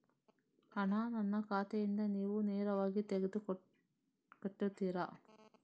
ಹಣ ನನ್ನ ಖಾತೆಯಿಂದ ನೀವು ನೇರವಾಗಿ ತೆಗೆದು ಕಟ್ಟುತ್ತೀರ?